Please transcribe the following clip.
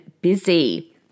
busy